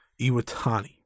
Iwatani